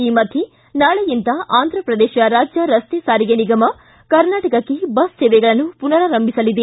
ಈ ಮಧ್ಯೆ ನಾಳೆಯಿಂದ ಆಂಧ್ರಪ್ರದೇಶ ರಾಜ್ಯ ರಸ್ತೆ ಸಾರಿಗೆ ನಿಗಮ ಕರ್ನಾಟಕಕ್ಕೆ ಬಸ್ ಸೇವೆಗಳನ್ನು ಪುನರಾರಂಭಿಸಲಿದೆ